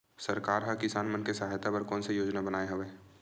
सरकार हा किसान मन के सहायता बर कोन सा योजना बनाए हवाये?